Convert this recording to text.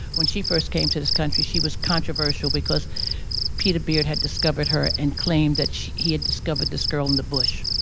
when she first came to this country, she was controversial because peter beard had discovered her and claimed that she had discovered this girl in the bush.